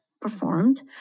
performed